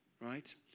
Right